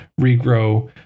regrow